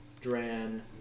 Dran-